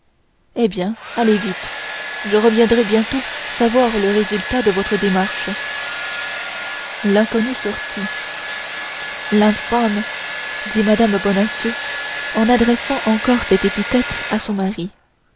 eh bien allez vite je reviendrai bientôt savoir le résultat de votre démarche l'inconnu sortit l'infâme dit mme bonacieux en adressant encore cette épithète à son mari